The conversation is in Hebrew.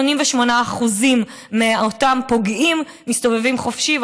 88% מאותם פוגעים מסתובבים חופשי,